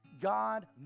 God